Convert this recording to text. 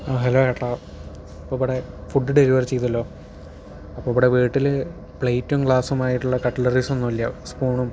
ആ ഹലോ ഏട്ടാ ഇപ്പോൾ ഇവിടെ ഫുഡ്ഡ് ഡെലിവറി ചെയ്തല്ലോ അപ്പോൾ ഇവിടെ വീട്ടിൽ പ്ലേറ്റും ഗ്ലാസുമായിട്ടുള്ള കട്ട്ലറീസ് ഒന്നുമില്ല സ്പൂണും